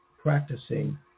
practicing